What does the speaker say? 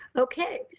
okay,